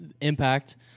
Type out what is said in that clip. impact